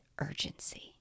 urgency